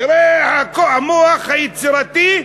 תראה, המוח היצירתי,